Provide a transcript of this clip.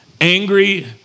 angry